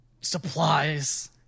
supplies